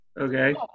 Okay